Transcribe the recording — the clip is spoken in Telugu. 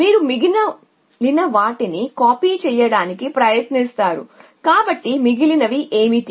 కాబట్టి మీరు మిగిలిన వాటిని కాపీ చేయడానికి ప్రయత్నిస్తారు కాబట్టి మిగిలినవి ఏమిటి